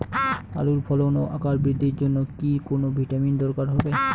আলুর ফলন ও আকার বৃদ্ধির জন্য কি কোনো ভিটামিন দরকার হবে?